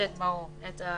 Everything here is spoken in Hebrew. ולפשט את ההליך.